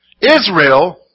Israel